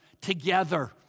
together